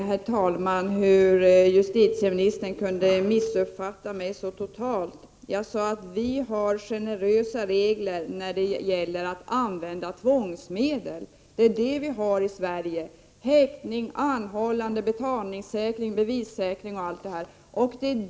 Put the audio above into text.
Herr talman! Jag förstår inte hur justitieministern kunde missuppfatta mig så totalt. Jag sade att vi har generösa regler när det gäller att använda tvångsmedel i Sverige, t.ex. häktning, anhållande, betalningssäkring, bevissäkring och annat.